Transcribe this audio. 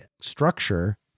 structure